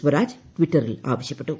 സ്വരാജ് ട്വിറ്ററിൽ ആവശ്യപ്പെട്ടു